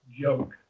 joke